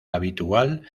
habitual